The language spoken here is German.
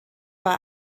war